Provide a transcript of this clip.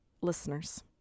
listeners